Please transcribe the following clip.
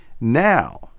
Now